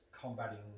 Combating